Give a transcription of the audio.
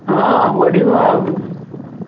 ହଁ ବଢ଼ିବ ଆଉ